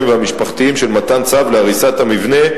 והמשפחתיים של מתן צו להריסת המבנה,